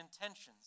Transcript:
intentions